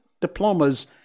diplomas